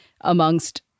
amongst